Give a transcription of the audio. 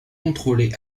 contrôlée